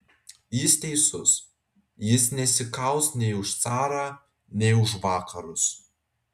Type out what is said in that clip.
jis teisus jis nesikaus nei už carą nei už vakarus